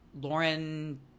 Lauren